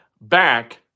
back